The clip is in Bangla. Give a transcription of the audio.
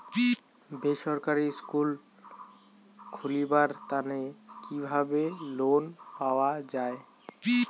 বেসরকারি স্কুল খুলিবার তানে কিভাবে লোন পাওয়া যায়?